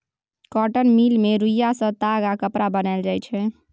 cotton mill मे रुइया सँ ताग आ कपड़ा बनाएल जाइ छै